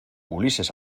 ulises